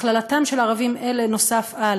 הכללתם של ערבים אלה, נוסף על"